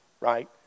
right